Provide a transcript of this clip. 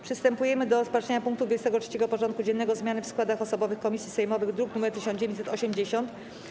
Przystępujemy do rozpatrzenia punktu 23. porządku dziennego: Zmiany w składach osobowych komisji sejmowych (druk nr 1980)